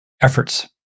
Efforts